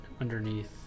underneath